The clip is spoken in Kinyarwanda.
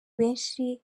benshi